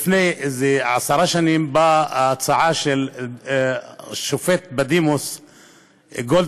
לפני כעשר שנים באה ההצעה של השופט בדימוס גולדברג,